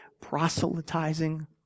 proselytizing